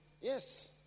Yes